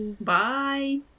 Bye